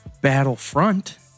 Battlefront